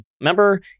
remember